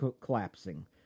collapsing